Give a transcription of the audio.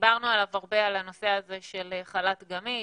דיברנו הרבה על הנושא הזה של חל"ת גמיש,